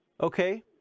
Okay